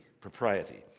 Propriety